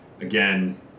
again